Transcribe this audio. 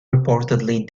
reportedly